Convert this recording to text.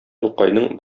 тукайның